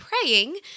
praying